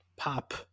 pop